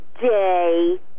day